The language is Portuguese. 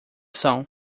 são